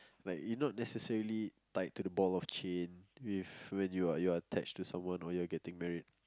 but you not necessarily tight to the ball of chain with when you are you are attached to someone or you are getting married